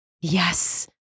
yes